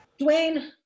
Dwayne